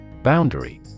Boundary